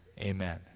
Amen